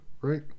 right